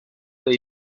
dei